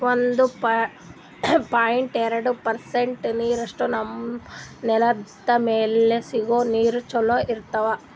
ಒಂದು ಪಾಯಿಂಟ್ ಎರಡು ಪರ್ಸೆಂಟ್ ನೀರಷ್ಟೇ ನಮ್ಮ್ ನೆಲ್ದ್ ಮ್ಯಾಲೆ ಸಿಗೋ ನೀರ್ ಚೊಲೋ ಇರ್ತಾವ